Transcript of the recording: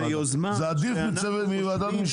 זה עדיף מוועדת משנה.